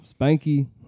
Spanky